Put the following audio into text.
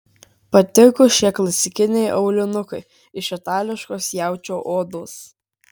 patiko šie klasikiniai aulinukai iš itališkos jaučio odos